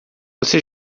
você